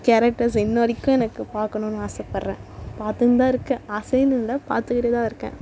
characters இன்ன வரைக்கும் எனக்கு பார்க்கணுன்னு ஆசைப்பட்றேன் பார்த்துன்னுதான் இருக்கேன் ஆசைன்னு இல்லை பார்த்துக்கிட்டுதான் இருக்கேன்